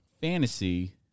fantasy